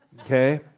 okay